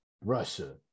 Russia